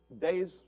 days